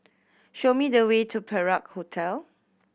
show me the way to Perak Hotel